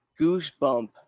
goosebump